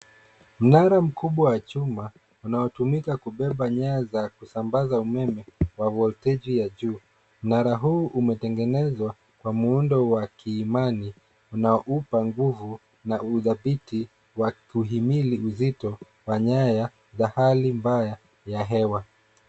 Mnara mkubwa wa chuma unaotumika kubeba nyaya za kusambaza umeme kwa voltage ya juu. Mnara huu umetengenezwa kwa muundo wa kiimani unaoupa nguvu na udhabiti wa kuhimili uzito wa nyaya za hali mbaya ya hewa.